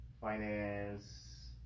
finance